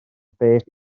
beth